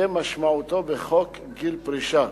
כמשמעותו בחוק גיל פרישה.